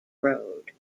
road